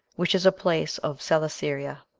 which is a place of celesyria.